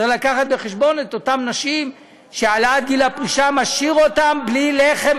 צריך להביא בחשבון את אותן נשים שהעלאת גיל הפרישה משאירה אותן בלי לחם